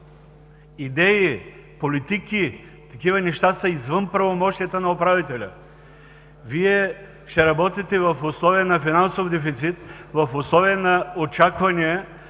Идеи, политики, такива неща са извън правомощията на управителя. Вие ще работите в условия на финансов дефицит, на очаквания